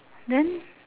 then